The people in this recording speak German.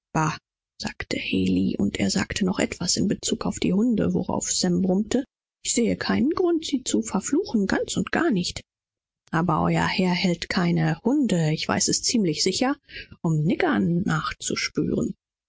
sagte haley und fügte noch etwas anderes mit bezug auf die erwähnten hunde hinzu worauf sam murmelte seh nicht ein wozu was nöthig drauf zu fluchen aber euer herr hält keine hunde ich weiß es ganz gewiß um niggers aufzuspüren